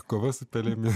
kova su pelėmis